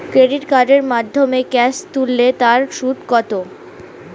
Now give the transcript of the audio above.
Credit কার্ডের মাধ্যমে cash তুলে তার সুদ কত?